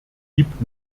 gibt